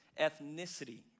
ethnicity